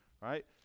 right